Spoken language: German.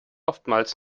oftmals